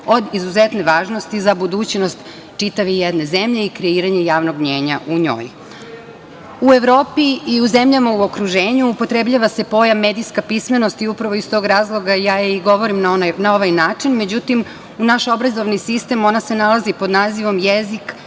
izuzetne važnosti za budućnost čitave jedne zemlje i kreiranje javnog mnjenja u njoj.U Evropi i u zemljama u okruženju upotrebljava se pojam „medijska pismenost“ i upravo iz tog razloga ja i govorim na ovaj način, međutim, u našem obrazovnom sistemu ona se nalazi pod nazivom – jezik,